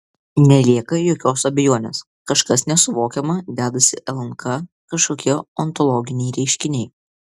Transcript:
nelieka jokios abejonės kažkas nesuvokiama dedasi lnk kažkokie ontologiniai reiškiniai